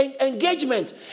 engagement